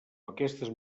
aquestes